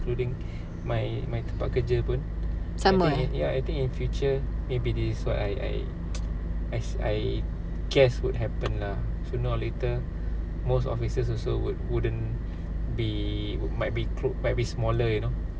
sama ah